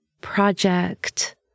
project